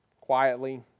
quietly